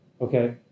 okay